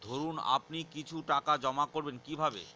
ধরুন আপনি কিছু টাকা জমা করবেন কিভাবে?